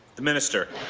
the minister.